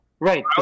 Right